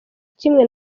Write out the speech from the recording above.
kimwe